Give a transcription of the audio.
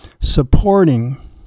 supporting